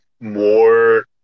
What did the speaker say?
more